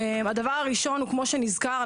הדבר הראשון, הוא כמו שנזכר.